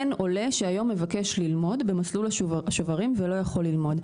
אין עולה שהיום מבקש ללמוד במסלול השוברים ולא יכול ללמוד,